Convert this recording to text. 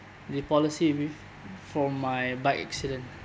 the policy with for my bike accident